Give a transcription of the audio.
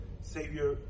Savior